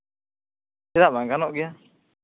ᱪᱮᱫᱟᱜ ᱵᱟᱝ ᱜᱟᱱᱚᱜ ᱜᱮᱭᱟ